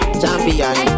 champion